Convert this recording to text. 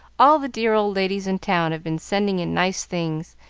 all the dear old ladies in town have been sending in nice things,